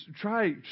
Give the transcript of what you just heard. try